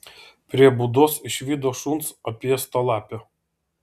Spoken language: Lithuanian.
prie būdos išvydo šuns apėstą lapę